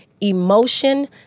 emotion